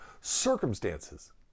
circumstances